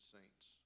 saints